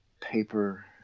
paper